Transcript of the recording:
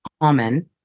common